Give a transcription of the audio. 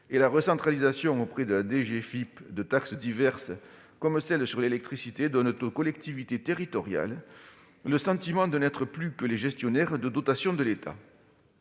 des finances publiques (DGFiP) de taxes diverses comme celle sur l'électricité donnent aux collectivités territoriales le sentiment de n'être plus que les gestionnaires de dotations de l'État.